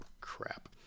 crap